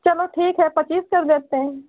चलो ठीक है पच्चीस कर देते हैं